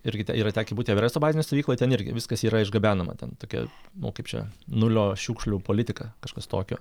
irgi te yra tekę būti everesto bazinėj stovykloj ten irgi viskas yra išgabenama ten tokia kaip čia nulio šiukšlių politika kažkas tokio